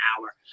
hour